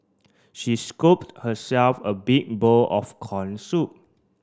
she scooped herself a big bowl of corn soup